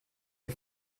her